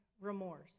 remorse